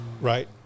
right